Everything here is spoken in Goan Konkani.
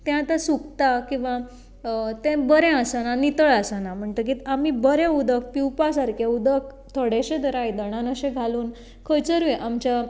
तें आतां सुकता किंवा तें बरें आसना नितळ आसना म्हणटकीच आमी बरें उदक पिवपा सारकें उदक थोडेशें तर आयदनांत अशें घालून खंयसरूय आमच्या